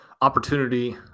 opportunity